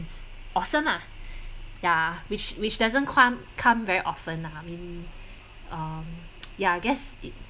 awesome ah ya which which doesn't come come very often ah I mean um ya I guess it